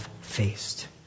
faced